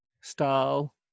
style